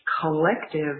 collective